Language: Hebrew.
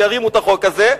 וירימו את החוק הזה,